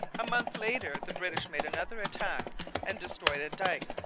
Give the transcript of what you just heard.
a month later the british made another attack and destroyed a dike,